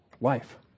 life